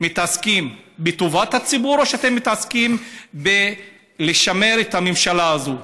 מתעסקים בטובת הציבור או שאתם מתעסקים בלשמר את הממשלה הזאת?